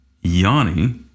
Yanni